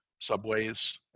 subways